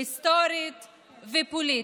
היסטורית ופוליטית.